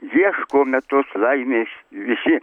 ieškome tos laimės visi